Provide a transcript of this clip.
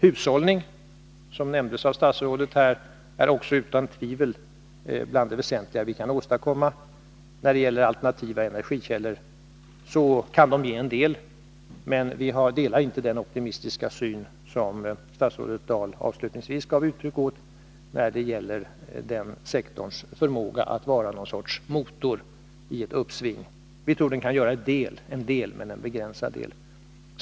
Hushållning, som nämndes av statsrådet, är också utan tvivel bland det väsentliga vi kan åstadkomma. Alternativa energikällor kan ge en del, men vi delar inte den optimistiska syn som statsrådet Dahl avslutningsvis gav uttryck åt när det gäller den sektorns förmåga att vara någon sorts motor i ett uppsving. Vi tror att den kan göra en del, men en begränsad del.